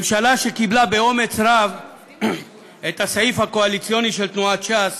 ממשלה שקיבלה באומץ רב את הסעיף הקואליציוני של תנועת ש"ס